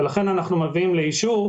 לכן אנחנו מביאים לאישור,